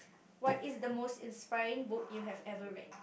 what is the most inspiring book you have ever read